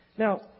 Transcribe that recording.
Now